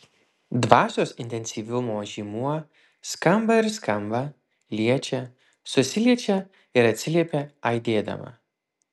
dvasios intensyvumo žymuo skamba ir skamba liečia susiliečia ir atsiliepia aidėdama